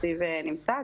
התקציב נמצא,